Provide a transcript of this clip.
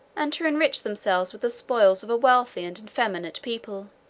and to enrich themselves with the spoils of a wealthy and effeminate people